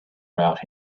brought